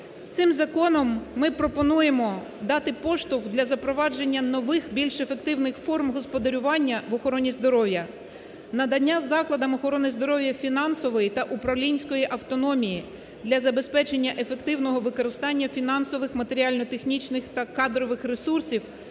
Цим законом ми пропонуємо дати поштовх для запровадження нових, більш ефективних форм господарювання в охороні здоров'я, надання закладам охорони здоров'я фінансової та управлінської автономії для забезпечення ефективного використання фінансових, матеріально-технічних та кадрових ресурсів